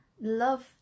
love